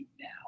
now